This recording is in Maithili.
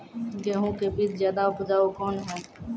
गेहूँ के बीज ज्यादा उपजाऊ कौन है?